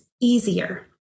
easier